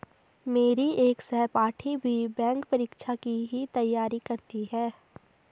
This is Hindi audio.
मेरी एक सहपाठी भी बैंक परीक्षा की ही तैयारी करती है